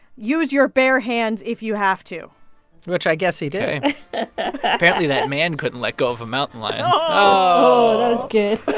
use your bare hands if you have to which i guess he did apparently, that man couldn't let go of a mountain lion oh oh oh, but